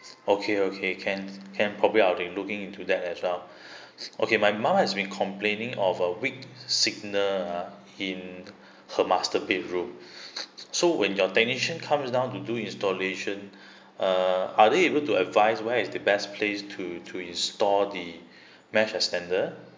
okay okay can can probably I'll be looking into that as well okay my mum has been complaining of a weak signal ah in her master bedroom so when your technician comes down to do installation uh are they able to advise where is the best place to to install the mesh extender